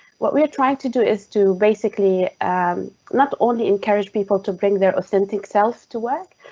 what we're trying to do is to basically not only encourage people to bring their authentic selves to work,